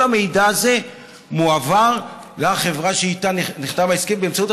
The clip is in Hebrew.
כל המידע הזה מועבר לחברה שאיתה נחתם ההסכם באמצעות